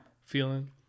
feeling